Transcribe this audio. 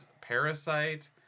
parasite